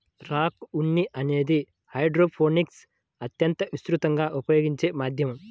rock ఉన్ని అనేది హైడ్రోపోనిక్స్లో అత్యంత విస్తృతంగా ఉపయోగించే మాధ్యమం